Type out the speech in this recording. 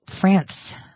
France